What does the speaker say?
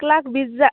এক লাখ বিশ হেজাৰ